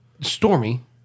Stormy